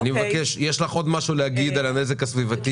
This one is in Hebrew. יש לך עוד משהו להגיד על הנזק הסביבתי?